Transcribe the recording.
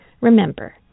Remember